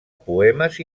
poemes